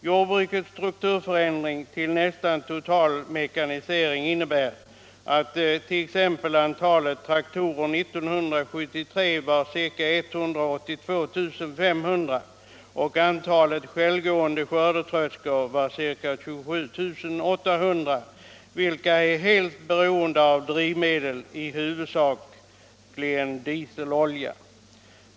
Jordbrukets strukturförändring till nästan total mekanisering har t.ex. inneburit att antalet traktorer 1973 var ca 182 500 och antalet självgående skördetröskor ca 27 800. Alla dessa är helt beroende av drivmedel, huvudsakligen dieselolja.